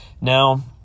now